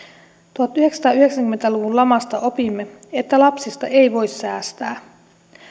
tuhatyhdeksänsataayhdeksänkymmentä luvun lamasta opimme että lapsista ei voi säästää